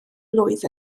blwydd